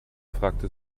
fragte